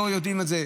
לא יודעים את זה.